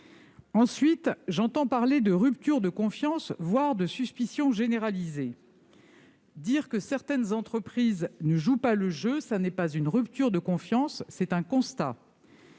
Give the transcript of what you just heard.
Ensuite, j'entends parler de rupture de confiance, voire de suspicion généralisée. Dire que certaines entreprises ne jouent pas le jeu, cela n'est pas une rupture de confiance, c'est un constat